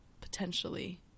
potentially